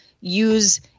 use